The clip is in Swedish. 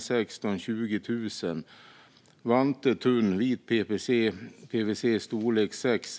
16, 16 000 vante tunn vit PVC storlek 6.